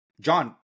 John